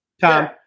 Tom